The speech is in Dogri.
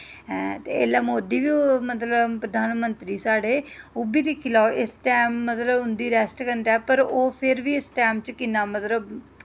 ते ऐल्लै मोदी बी मतलब प्रधानमंत्री साढ़े ओह् बी दिक्खी लैओ इस टैम मतलब उं'दी रेस्ट करने ओह् फिर बी इस टैम च कि'न्ना मतलब